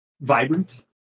vibrant